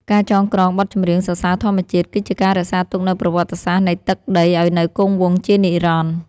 ការចងក្រងបទចម្រៀងសរសើរធម្មជាតិ គឺជាការរក្សាទុកនូវប្រវត្តិសាស្ត្រនៃទឹកដីឱ្យនៅគង់វង្សជានិរន្តរ៍។